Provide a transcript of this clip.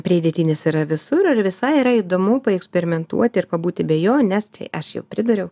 pridėtinis yra visur ir visai yra įdomu paeksperimentuoti ir pabūti be jo nes tai aš čia jau pridūriau